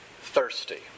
thirsty